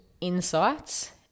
insights